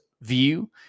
view